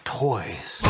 toys